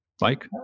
Mike